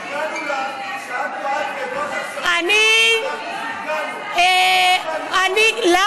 אנחנו פרגנו לך, אנחנו פרגנו, למה את, למה?